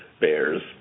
bears